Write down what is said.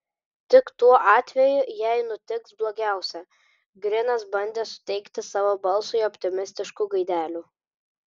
tik tuo atveju jei nutiks blogiausia grinas bandė suteikti savo balsui optimistiškų gaidelių